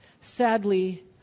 sadly